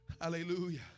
hallelujah